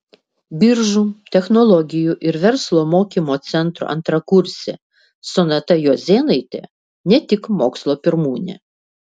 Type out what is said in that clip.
biržų technologijų ir verslo mokymo centro antrakursė sonata juozėnaitė ne tik mokslo pirmūnė